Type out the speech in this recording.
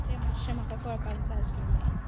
तें मातशें म्हाका कळपाक जाय आसलेलें